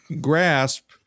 grasp